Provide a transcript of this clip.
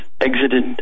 exited